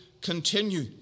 continue